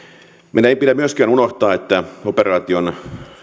meidän ei pidä myöskään unohtaa että operaation